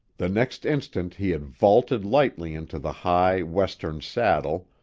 the next instant he had vaulted lightly into the high, western saddle,